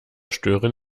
stören